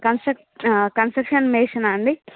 కంసట్ construction మేసనా అండి